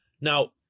Now